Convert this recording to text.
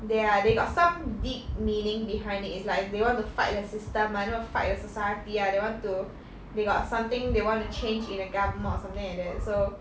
they ah they got some deep meaning behind it it's like they want to fight the system I don't know fight the society ah they want to they got something they want to change in the government or something like that so